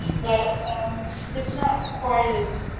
but um it's not quite as,